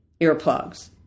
earplugs